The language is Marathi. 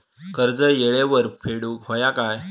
कर्ज येळेवर फेडूक होया काय?